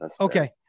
Okay